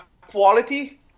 quality